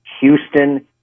Houston